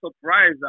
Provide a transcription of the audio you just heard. surprise